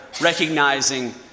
recognizing